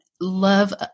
love –